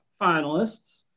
finalists